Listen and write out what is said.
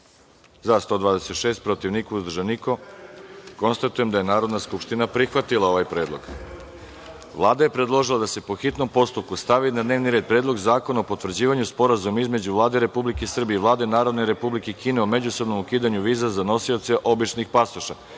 – 126, protiv – niko, uzdržanih – nema. Konstatujem da je Narodna skupština prihvatila ovaj predlog. Vlada je predložila da se, po hitnom postupku, stavi na dnevni red – Predlog zakona o potvrđivanju Sporazuma između Vlade Republike Srbije i Vlade Narodne Republike Kine o međusobnom ukidanju viza za nosioce običnih pasoša,